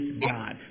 God